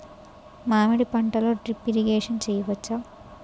మామిడి పంటలో drip irrigation చేయచ్చా?